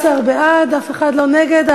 17 בעד, אף אחד לא נגד.